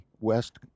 West